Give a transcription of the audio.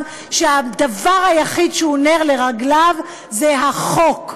שהדבר היחיד שהוא נר לרגליו זה החוק.